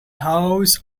house